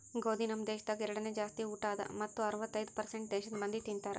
ಗೋದಿ ನಮ್ ದೇಶದಾಗ್ ಎರಡನೇ ಜಾಸ್ತಿ ಊಟ ಅದಾ ಮತ್ತ ಅರ್ವತ್ತೈದು ಪರ್ಸೇಂಟ್ ದೇಶದ್ ಮಂದಿ ತಿಂತಾರ್